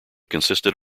consisted